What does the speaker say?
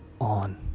on